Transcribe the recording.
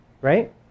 right